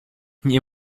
nie